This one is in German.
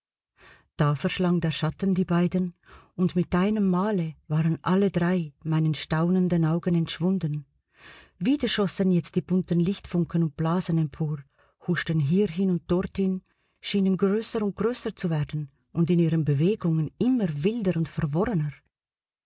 da verschlang der schatten die beiden und mit einem male waren alle drei meinen staunenden augen entschwunden wieder schossen jetzt die bunten lichtfunken und blasen empor huschten hierhin und dorthin schienen größer und größer zu werden und in ihren bewegungen immer wilder und verworrener